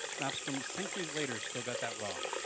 maps from centuries later still got that wrong.